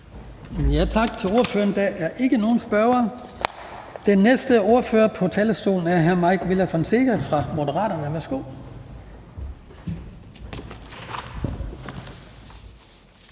Tak til ordføreren. Der er ikke nogen spørgere. Den næste ordfører på talerstolen er hr. Mike Villa Fonseca fra Moderaterne. Værsgo.